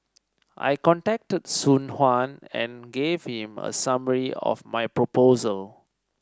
I contacted Soon Juan and gave him a summary of my proposal